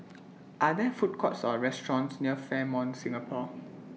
Are There Food Courts Or restaurants near Fairmont Singapore